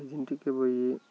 ఐదింటికి పోయి